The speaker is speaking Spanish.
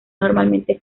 normalmente